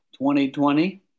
2020